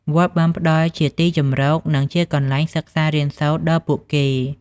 វត្តបានផ្ដល់ជាទីជម្រក និងជាកន្លែងសិក្សារៀនសូត្រដល់ពួកគេ។